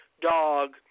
dog